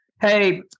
hey